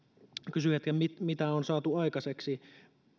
kysyi mitä on saatu aikaiseksi